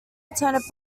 attended